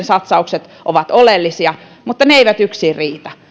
satsaukset varhaiskasvatukseen ovat oleellisia mutta ne eivät yksin riitä